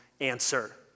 answer